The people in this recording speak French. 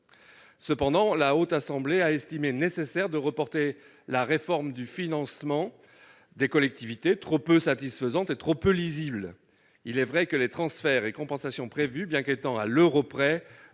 mandat. La Haute Assemblée a jugé nécessaire de reporter la réforme du financement des collectivités territoriales, trop peu satisfaisante et trop peu lisible. Il est vrai que les transferts et compensations prévus, bien qu'étant à l'euro près,